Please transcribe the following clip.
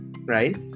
right